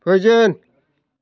फोजों